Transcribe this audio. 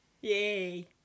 Yay